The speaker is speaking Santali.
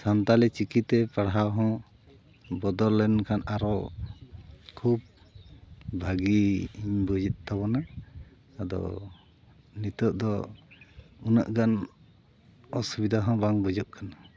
ᱥᱟᱱᱛᱟᱞᱤ ᱪᱤᱠᱤᱛᱮ ᱯᱟᱲᱦᱟᱣ ᱦᱚᱸ ᱵᱚᱫᱚᱞ ᱞᱮᱱᱠᱷᱟᱱ ᱟᱨᱦᱚᱸ ᱠᱷᱩᱵ ᱵᱷᱟᱜᱤᱧ ᱵᱩᱡᱮᱫ ᱛᱟᱵᱚᱱᱟ ᱟᱫᱚ ᱱᱤᱛᱚᱜ ᱫᱚ ᱩᱱᱟᱹᱜ ᱜᱟᱱ ᱚᱥᱵᱤᱫᱟ ᱦᱚᱸ ᱵᱟᱝ ᱵᱩᱡᱩᱜ ᱠᱟᱱᱟ